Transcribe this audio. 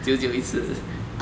久久一次